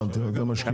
הבנתי, אתם משקיעים.